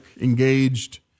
engaged